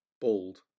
bald